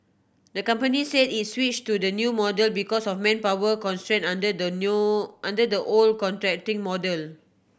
the company say it switch to the new model because of manpower constraint under the new under the old contracting model